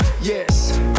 yes